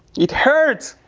it hurts!